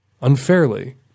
unfairly